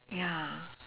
ya